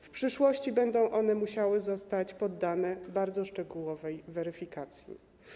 W przyszłości będą one musiały zostać poddane bardzo szczegółowej weryfikacji.